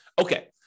Okay